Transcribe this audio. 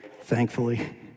thankfully